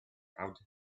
proud